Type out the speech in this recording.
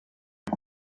gli